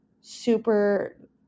super